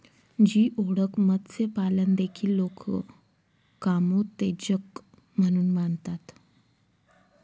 geoduck मत्स्यपालन देखील लोक कामोत्तेजक म्हणून मानतात